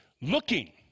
Looking